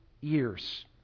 years